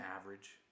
average